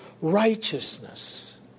righteousness